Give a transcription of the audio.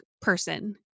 person